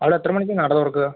അവിടെ എത്ര മണിക്കാണ് നട തുറക്കുക